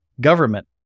government